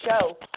show